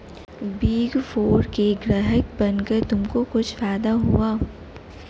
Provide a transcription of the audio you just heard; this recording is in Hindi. बिग फोर के ग्राहक बनकर तुमको कुछ फायदा हुआ?